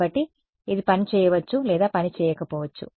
కాబట్టి ఇది పని చేయవచ్చు లేదా పని చేయకపోవచ్చు